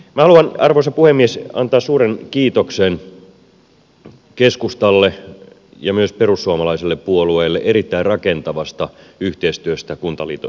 minä haluan arvoisa puhemies antaa suuren kiitoksen keskustalle ja myös perussuomalaiselle puolueelle erittäin rakentavasta yhteistyöstä kuntaliitossa